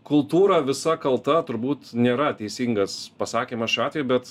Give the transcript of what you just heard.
kultūra visa kalta turbūt nėra teisingas pasakymas šiuo atveju bet